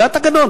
זה התקנון,